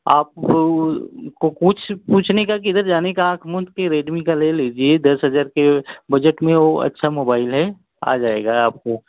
आपको को कुछ कुछ नहीं करके इधर जाने का आँख मूँद कर रेडमी का ले लीजिये दस हज़ार के बजट में वो अच्छा मोबाईल है आ जाएगा आपको